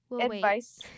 advice